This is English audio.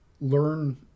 learn